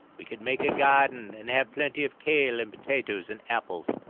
we could make a garden and haf plenty of kail, and potatoes, and apples.